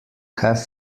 have